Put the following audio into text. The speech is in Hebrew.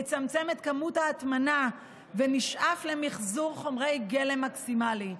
נצמצם את כמות ההטמנה ונשאף למחזור חומרי גלם מקסימלי.